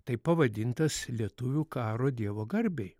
taip pavadintas lietuvių karo dievo garbei